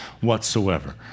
whatsoever